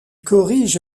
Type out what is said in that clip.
corrige